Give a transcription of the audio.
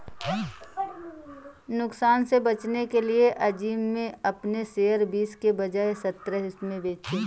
नुकसान से बचने के लिए अज़ीम ने अपने शेयर बीस के बजाए सत्रह में बेचे